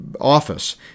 office